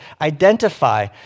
identify